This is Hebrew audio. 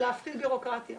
להפחית בירוקרטיה,